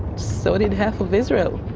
so did half of israel,